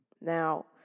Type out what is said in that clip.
Now